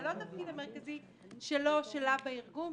זה לא התפקיד המרכזי שלו או שלה בארגון,